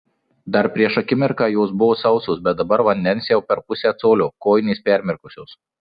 dar prieš akimirką jos buvo sausos bet dabar vandens jau per pusę colio kojinės permirkusios